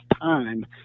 time